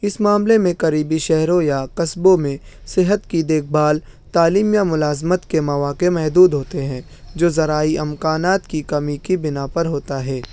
اس معاملے میں قریبی شہروں یا قصبوں میں صحت کی دیکھ بھال تعلیم یا ملازمت کے مواقع محدود ہوتے ہیں جو ذرائع امکانات کی کمی کے بنا پر ہوتا ہے